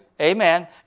Amen